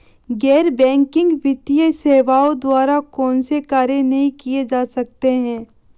गैर बैंकिंग वित्तीय सेवाओं द्वारा कौनसे कार्य नहीं किए जा सकते हैं?